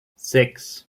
sechs